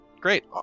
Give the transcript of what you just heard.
great